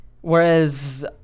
whereas